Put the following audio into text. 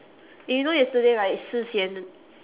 eh you know yesterday right si xian